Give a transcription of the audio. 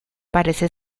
parece